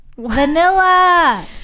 vanilla